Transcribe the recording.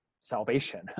salvation